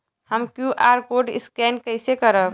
हम QR code scan कइसे करब?